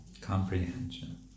comprehension